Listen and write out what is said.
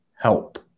help